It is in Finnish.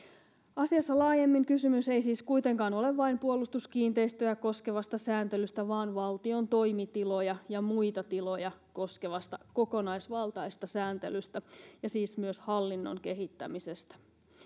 asiassa laajemmin kysymys ei siis kuitenkaan ole vain puolustuskiinteistöjä koskevasta sääntelystä vaan valtion toimitiloja ja muita tiloja koskevasta kokonaisvaltaisesta sääntelystä ja siis myös hallinnon kehittämisestä